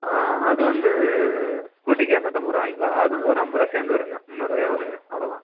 அது வந்து ஸ்கூட்டிக்கு இரநூத்தம்பது ரூபா வாங்கிக்கலாம் அது வந்து ஒரு ஐம்பது ரூபா சேர்ந்து வருங்க முன்னூறுரூவாயா வருங்க அவ்வளோதான்